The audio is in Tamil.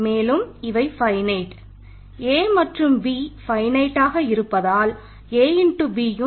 மேலும் a